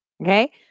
Okay